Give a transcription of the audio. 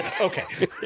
Okay